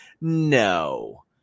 No